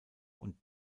und